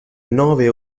nove